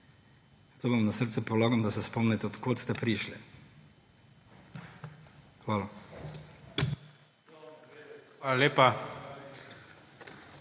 To vam na srce polagam, da se spomnite, od kod ste prišli. Hvala. PREDSEDNIK